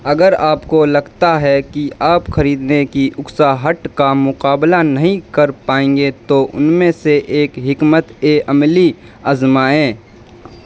اگر آپ کو لگتا ہے کہ آپ خریدنے کی اکساہٹ کا مقابلہ نہیں کر پائیں گے تو ان میں سے ایک حکمتِ عملی آزمائیں